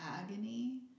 agony